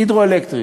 הידרואלקטרי.